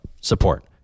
support